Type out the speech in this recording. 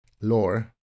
lore